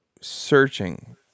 searching